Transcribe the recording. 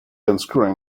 unscrewing